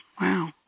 Wow